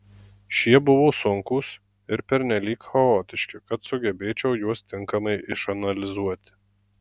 šie buvo sunkūs ir pernelyg chaotiški kad sugebėčiau juos tinkamai išanalizuoti